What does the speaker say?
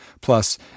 Plus